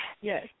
Yes